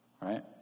Right